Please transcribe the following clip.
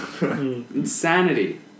Insanity